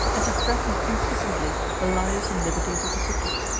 and to threaten incessantly the lives and liberties of the subject.